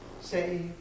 say